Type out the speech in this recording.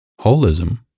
Holism